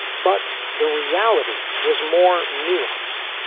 but the reality was more nuanced.